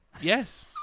Yes